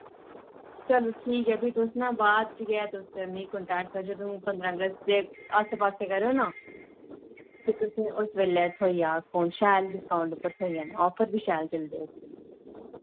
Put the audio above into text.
चलो ठीक ऐ फ्ही तुस ना बाद च गै तुस मिगी कंटैक्ट जदूं पंदरां अगस्त दे आस्सै पास्सै करेओ ना फ्ही तुसें उस बेल्लै थ्होई जाग फोन शैल डिस्काउंट उप्पर थ्होई जाना आफर बी शैल चलदे